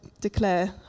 declare